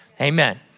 Amen